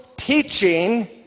teaching